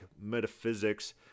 metaphysics